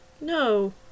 No